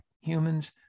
humans